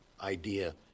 idea